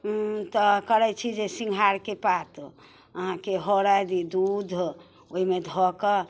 तऽ करै छी जे सिङ्घारके पात अहाँके हरदि दूध ओइमे धऽ कऽ